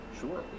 Sure